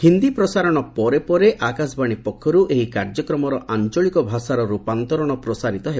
ହିନ୍ଦୀ ପ୍ରସାରଣ ପରେ ପରେ ଆକାଶବାଣୀ ପକ୍ଷରୁ ଏହି କାର୍ଯ୍ୟକ୍ରମର ଆଞ୍ଚଳିକ ଭାଷାର ରୂପାନ୍ତରଣ ପ୍ରସାରିତ ହେବ